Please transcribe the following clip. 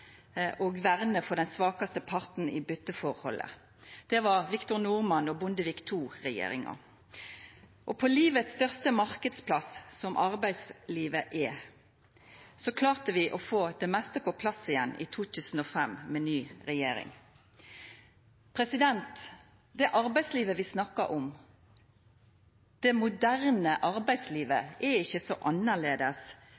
og vernet for den svakaste parten i bytteforholdet. Det var Victor Norman og Bondevik II-regjeringa. På livets største marknadsplass, som arbeidslivet er, klarte vi å få det meste på plass igjen i 2005, med ny regjering. Det arbeidslivet vi snakkar om, det moderne arbeidslivet, er ikkje så